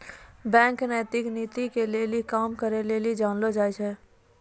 bank नैतिक नीति के लेली काम करै लेली जानलो जाय छै